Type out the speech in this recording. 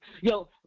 Yo